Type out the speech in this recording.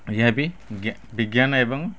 ଏହାବି ବିଜ୍ଞାନ ଏବଂ